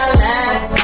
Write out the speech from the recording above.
last